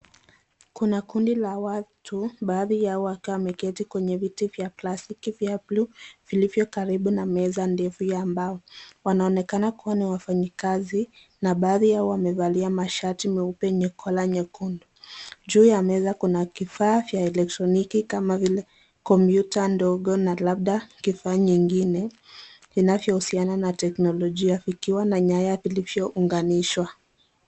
Kuna kundi la watu, baadhi ya watu wameketi kwenye viti vya plastiki vya bluu vilivyokaribu na meza ndefu ya bao , wanaonekana kuwa ni wafanyikazi na baadhi yao wamevalia mashati meupe yenye kola nyekundu ,juu ya meza kuna kifaa vya elektroniki kama vile computer ndogo na labda kifaa nyingine inavyohusiana na teknolojia ikiwa na nyaya zilivyounganishwa.